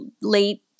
late